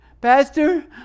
Pastor